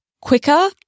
quicker